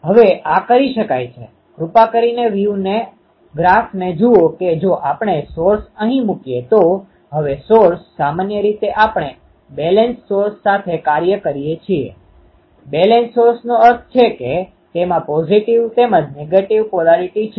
હવે આ કરી શકાય છે કૃપા કરીને વ્યૂ ગ્રાફને જુઓ કે જો આપણે સોર્સ sourceસ્રોત અહીં મૂકીએ તો હવે સોર્સ સામાન્ય રીતે આપણે બેલેન્સડ સોર્સ સાથે કાર્ય કરીએ છીએ બેલેન્સડ સોર્સનો અર્થ છે કે તેમાં પોઝીટીવ તેમજ નેગેટીવ પોલારીટી polarityધ્રુવીયતા છે